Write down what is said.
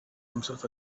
himself